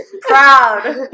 Proud